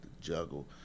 juggle